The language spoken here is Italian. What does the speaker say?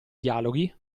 dialoghi